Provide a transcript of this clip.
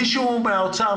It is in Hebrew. מישהו מהאוצר?